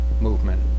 movement